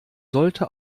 sollte